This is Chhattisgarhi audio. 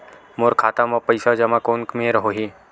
मोर खाता मा पईसा जमा कोन मेर होही?